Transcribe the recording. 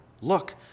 Look